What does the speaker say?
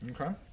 Okay